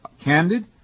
candid